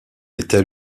était